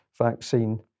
vaccine